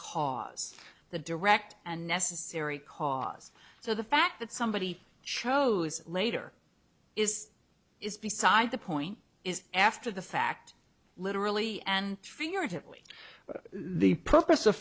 cause the direct and necessary cause so the fact that somebody chose later is is beside the point is after the fact literally and figuratively the purpose of